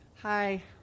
Hi